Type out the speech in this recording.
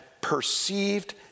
perceived